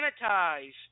sanitize